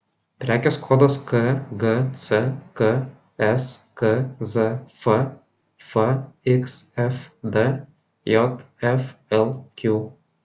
prekės kodas kgck skzf fxfd jflq